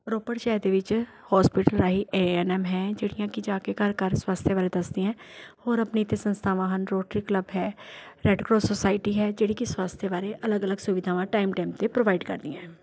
ਰੋਪੜ ਸ਼ਹਿਰ ਦੇ ਵਿੱਚ ਹੋਸਪਿਟਲ ਰਾਹੀਂ ਏ ਐੱਨ ਐੱਮ ਹੈ ਜਿਹੜੀਆਂ ਕਿ ਜਾ ਕੇ ਘਰ ਘਰ ਸਵਾਸਥਯ ਬਾਰੇ ਦੱਸਦੀਆਂ ਹੋਰ ਆਪਣੇ ਇੱਥੇ ਸੰਸਥਾਵਾਂ ਹਨ ਰੋਟਰੀ ਕਲੱਬ ਹੈ ਰੈੱਡ ਕਰੋਸ ਸੋਸਾਇਟੀ ਹੈ ਜਿਹੜੀ ਕਿ ਸਵਾਸਥਯ ਦੇ ਬਾਰੇ ਅਲੱਗ ਅਲੱਗ ਸੁਵਿਧਾਵਾਂ ਟਾਈਮ ਟਾਈਮ 'ਤੇ ਪ੍ਰੋਵਾਈਡ ਕਰਦੀਆਂ